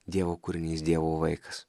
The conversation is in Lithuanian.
dievo kūrinys dievo vaikas